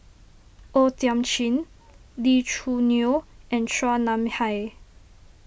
O Thiam Chin Lee Choo Neo and Chua Nam Hai